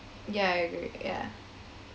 ya I agree ya